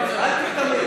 אל תיתמם.